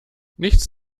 nichts